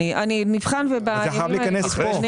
זה חייב להיכנס פה.